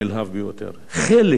חלק מהתוכנית הזו